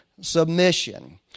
Submission